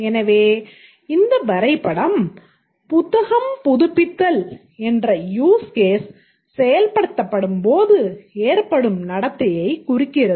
எனவே இந்த வரைபடம் புத்தகம் புதுப்பித்தல் என்ற யூஸ் கேஸ் செயல்படுத்தப்படும்போது ஏற்படும் நடத்தையை குறிக்கிறது